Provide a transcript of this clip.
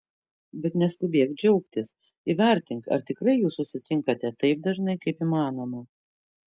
bet neskubėk džiaugtis įvertink ar tikrai jūs susitinkate taip dažnai kaip įmanoma